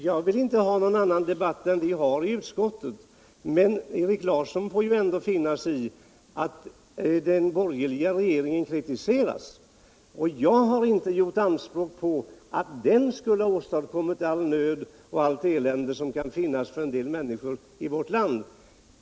Jag vill inte ha någon annan debatt än den i utskottet, men Erik Larsson får ändå finna sig i att den borgerliga regeringen kritiseras. Jag har inte gjort anspråk på att mena att den skulle ha åstadkommit all nöd och allt elände som kan finnas för en del människor i vårt land.